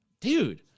Dude